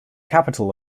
capital